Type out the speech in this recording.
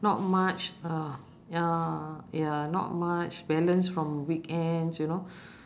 not much uh ya ya not much balance from weekends you know